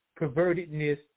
pervertedness